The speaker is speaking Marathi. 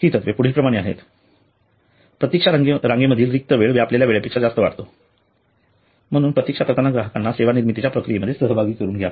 हि तत्त्वे पुढील प्रमाणे आहेत प्रतीक्षा रांगेमधील रिक्त वेळ व्यापलेल्या वेळेपेक्षा जास्त वाटतो म्हणून प्रतीक्षा करताना ग्राहकांना सेवानिर्मितीच्या प्रक्रियेमध्ये सहभागी करून घ्या